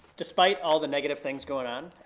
despite all the negative things going on,